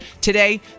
Today